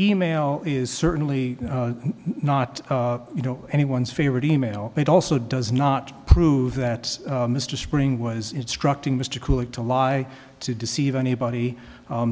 email is certainly not you know anyone's favorite e mail it also does not prove that mr spring was instructing mr cooler to lie to deceive anybody